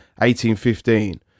1815